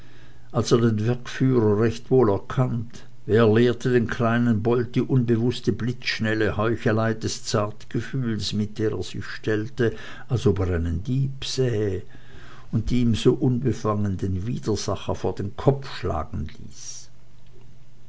als er den werkführer recht wohl erkannt wer lehrte den kleinen bold die unbewußte blitzschnelle heuchelei des zartgefühles mit der er sich stellte als ob er einen dieb sähe und die ihn so unbefangen den widersacher vor den kopf schlagen ließ